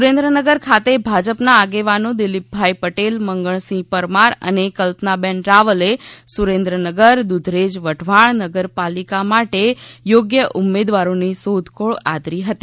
સુરેન્દ્રનગર ખાતે ભાજપના આગેવાનો દિલીપભાઇ પટેલ મંગળસિંહ પરમાર અને કલ્પનાબેન રાવલે સુરેન્દ્રનગર દુધરેજ વઢવાણ નગરપાલિકા માટે યોગ્ય ઉમેદવારોની શોધખોળ આદરી હતી